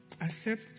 Accept